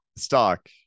stock